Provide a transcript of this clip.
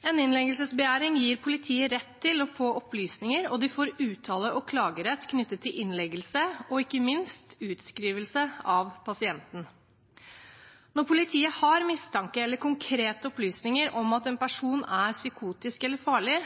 En innleggelsesbegjæring gir politiet rett til å få opplysninger, og de får uttale- og klagerett knyttet til innleggelse og ikke minst utskrivelse av pasienten. Når politiet har mistanke eller konkrete opplysninger om at en person er psykotisk eller farlig,